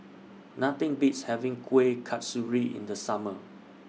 Nothing Beats having Kueh Kasturi in The Summer